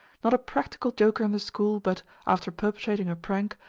not a practical joker in the school but, after perpetrating a prank,